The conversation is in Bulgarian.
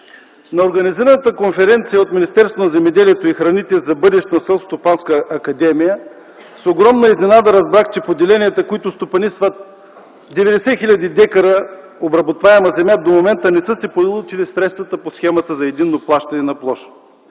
на организираната конференция от Министерството на земеделието и храните за бъдещето на Селскостопанска академия с огромна изненада разбрах, че поделенията, които стопанисват 90 хил. дка обработваема земя, до момента не са си получили средствата по Схемата за единно плащане на площ.